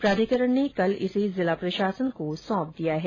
प्राधिकरण ने कल इसे जिला प्रशासन को सौंप दिया है